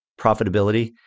profitability